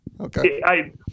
okay